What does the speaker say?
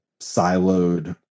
siloed